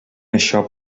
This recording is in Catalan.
això